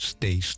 Stay